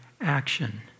action